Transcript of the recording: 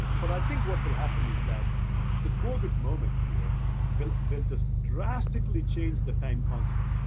but i think what will happen is that the covid moment here will will just drastically change the time constant.